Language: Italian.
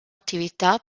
attività